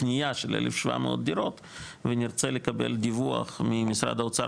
קנייה של 1,700 דירות ונרצה לקבל דיווח ממשרד האוצר